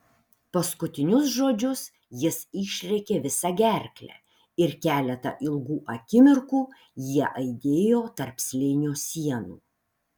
paskutinius žodžius jis išrėkė visa gerkle ir keletą ilgų akimirkų jie aidėjo tarp slėnio sienų